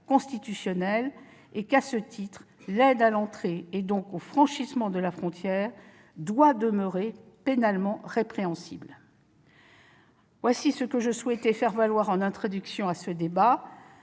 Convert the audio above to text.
constitutionnelle » et que, à ce titre, l'aide à l'entrée, et donc au franchissement de la frontière, doit demeurer pénalement répréhensible. Voilà ce que je souhaitais faire valoir en introduction de ce débat.